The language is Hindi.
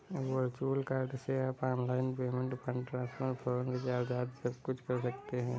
वर्चुअल कार्ड से आप online payment, fund transfer, phone recharge आदि सबकुछ कर सकते हैं